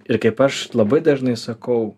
ir kaip aš labai dažnai sakau